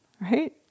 right